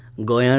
going